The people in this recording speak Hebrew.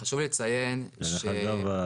חשוב לי לציין -- דרך אגב,